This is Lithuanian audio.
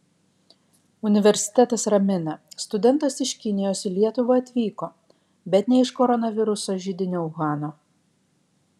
universitetas ramina studentas iš kinijos į lietuvą atvyko bet ne iš koronaviruso židinio uhano